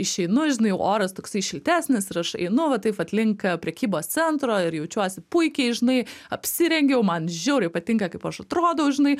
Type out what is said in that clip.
išeinu žinai oras toksai šiltesnis ir aš einu va taip vat link prekybos centro ir jaučiuosi puikiai žinai apsirengiau man žiauriai patinka kaip aš atrodau žinai